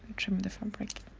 trim the fabric